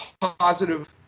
positive